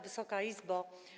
Wysoka Izbo!